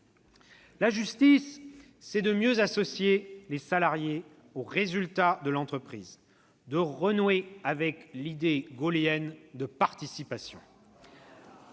La justice, c'est de mieux associer les salariés aux résultats de l'entreprise, de renouer avec l'idée gaullienne de participation.